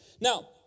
Now